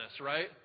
right